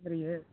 சரிங்க